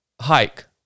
hike